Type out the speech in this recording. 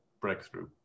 breakthrough